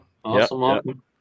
Awesome